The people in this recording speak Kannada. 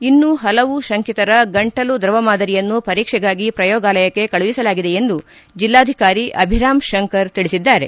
ಇನ್ನೂ ಹಲವು ಶಂಕಿತರ ಗಂಟಲು ದ್ರವ ಮಾದರಿಯನ್ನು ಪರೀಕ್ಷೆಗಾಗಿ ಪ್ರಯೋಗಾಲಯಕ್ಕೆ ಕಳುಹಿಸಲಾಗಿದೆ ಎಂದು ಜಿಲ್ದಾಧಿಕಾರಿ ಅಭಿರಾಮ್ ಶಂಕರ್ ತಿಳಿಸಿದ್ದಾರೆ